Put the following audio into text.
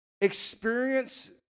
Experience